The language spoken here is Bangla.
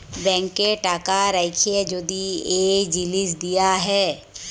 ব্যাংকে টাকা রাখ্যে যদি এই জিলিস দিয়া হ্যয়